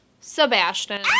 Sebastian